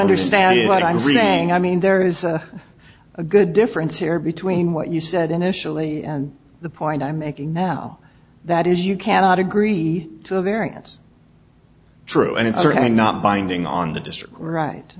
understand what i'm saying i mean there is a good difference here between what you said initially and the point i'm making now that is you cannot agree to a variance true and it's certainly not binding on the district right